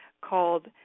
called